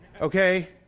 Okay